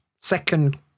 second